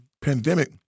pandemic